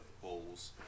polls